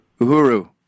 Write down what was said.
Uhuru